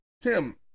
Tim